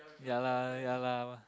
ya lah ya lah